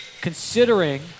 Considering